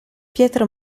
piero